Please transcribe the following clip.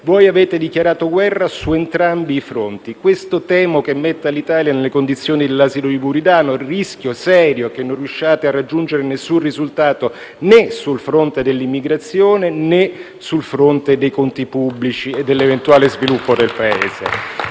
voi avete dichiarato guerra su entrambi i fronti. Temo che questo metta l'Italia nelle condizioni dell'asino di Buridano: c'è il rischio serio che non riusciate a raggiungere alcun risultato, né sul fronte dell'immigrazione, né sul fronte dei conti pubblici e dell'eventuale sviluppo del Paese.